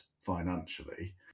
financially